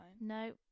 No